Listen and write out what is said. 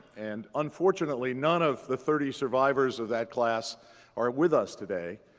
and unfortunately, none of the thirty survivors of that class are with us today.